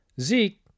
zeke